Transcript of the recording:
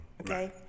Okay